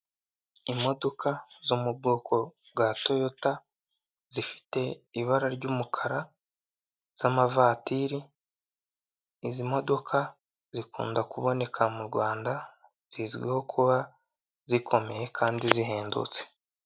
Imodoka zo mu bwoko bwa toyota, zifite ibara ry'umukara z'amavatiri, izi modoka zikunda kuboneka mu Rwanda, zizwiho kuba zikomeye kandi zihendutse.